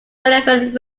relevant